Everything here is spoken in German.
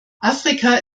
afrika